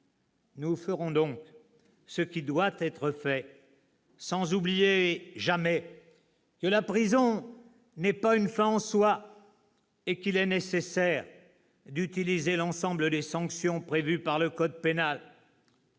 Nous ferons donc ce qui doit être fait, sans oublier jamais que la prison n'est pas une fin en soi et qu'il est nécessaire d'utiliser l'ensemble des sanctions prévues par le code pénal.